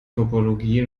topologie